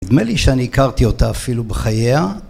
נדמה לי שאני הכרתי אותה אפילו בחייה.